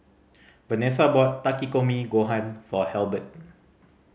Venessa bought Takikomi Gohan for Halbert